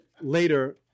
later